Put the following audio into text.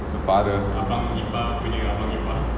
the father